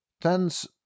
tens